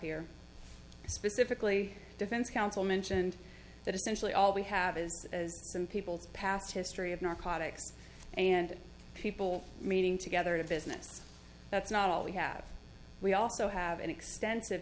here specifically defense counsel mentioned that essentially all we have is some people's past history of narcotics and people meeting together in a business that's not all we have we also have an extensive